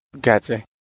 Gotcha